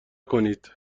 کنید